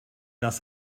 das